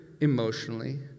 emotionally